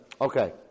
Okay